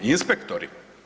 Inspektori?